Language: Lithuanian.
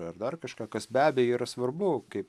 ar dar kažką kas be abejo yra svarbu kaip